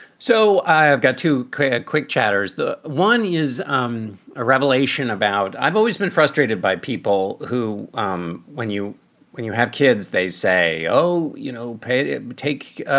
so i. i've got to create a quick chatter's. the one is um a revelation about. i've always been frustrated by people who um when you when you have kids they say, oh, you know, pay it. but take. ah